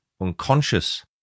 unconscious